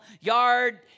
yard